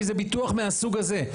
כי זה ביטוח מהסוג הזה.